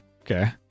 Okay